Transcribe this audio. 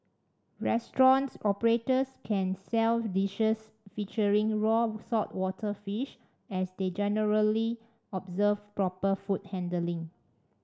restaurant operators can sell dishes featuring raw saltwater fish as they generally observe proper food handling